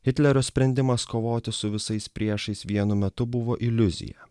hitlerio sprendimas kovoti su visais priešais vienu metu buvo iliuzija